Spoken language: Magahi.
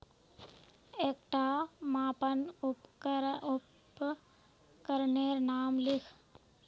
एकटा मापन उपकरनेर नाम लिख?